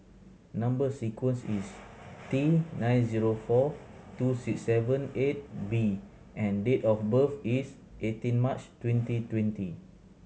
number sequence is T nine zero four two six seven eight B and date of birth is eighteen March twenty twenty